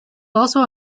also